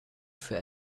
für